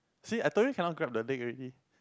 see I told you cannot grab the leg already